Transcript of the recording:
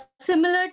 similar